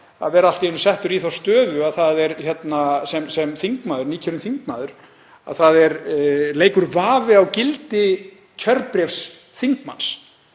að vera allt í einu settur í þá stöðu sem þingmaður, nýkjörinn þingmaður, að það leikur vafi á gildi kjörbréfs þingmanns